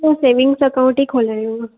पोइ savings account ई खोलाइणो आहे